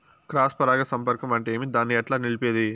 Cross పరాగ సంపర్కం అంటే ఏమి? దాన్ని ఎట్లా నిలిపేది?